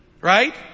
right